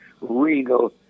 Regal